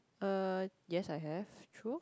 uh yes I have true